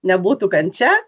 nebūtų kančia